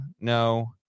no